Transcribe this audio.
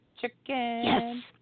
Chicken